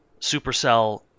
Supercell